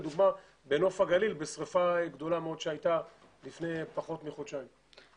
לדוגמה בנוף הגליל בשריפה מאוד גדולה מאוד שהייתה לפני פחות מחודשיים.